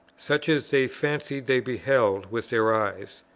such as they fancied they beheld with their eyes,